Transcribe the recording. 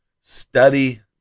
study